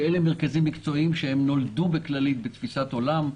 שהם מרכזים מקצועיים שנולדו בכללית בתפיסת עולם.